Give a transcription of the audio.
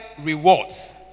rewards